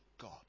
God